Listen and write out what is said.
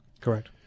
Correct